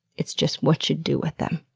it's just what you do with them.